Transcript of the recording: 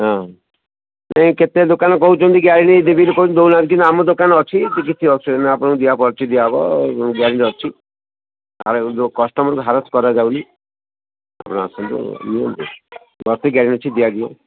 ହଁ ନାହିଁ କେତେ ଦୋକାନ କହୁଛନ୍ତି ଗ୍ୟାରେଣ୍ଟି ଦେବେ ବୋଲି କହୁଛନ୍ତି ଦେଉନାହାନ୍ତି କିନ୍ତୁ ଆମ ଦୋକାନ ଅଛି ତ କିଛି ଅସୁବିଧା ନାହିଁ ଆପଣଙ୍କୁ ଦିଆହେବ ଅଛି ଦିଆହେବ ଗ୍ୟାରେଣ୍ଟି ଅଛି ଆଉ ଯେଉଁ କଷ୍ଟମର୍ଙ୍କୁ ହାରାସ୍ କରାଯାଉନି ଆପଣ ଆସନ୍ତୁ ନିଅନ୍ତୁ ଅଛି ଗ୍ୟାରେଣ୍ଟି ଅଛି ଦିଆଯିବ